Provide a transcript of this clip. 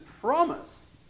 promise